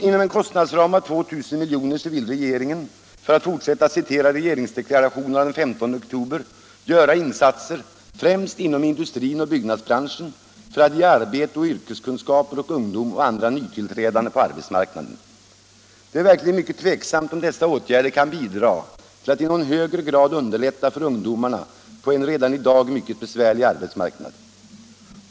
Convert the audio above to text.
Inom en kostnadsram av 2 000 miljoner vill regeringen, för att fortsätta att citera regeringsdeklarationen av den 15 oktober, göra insatser ”främst inom industrin och byggnadsbranschen, för att ge arbete och yrkeskunskaper åt ungdom och andra nytillträdande på arbetsmarknaden ...”. Det är verkligen mycket tveksamt om dessa åtgärder kan bidra till att i någon högre grad underlätta för ungdomarna på en redan i dag mycket besvärlig arbetsmarknad.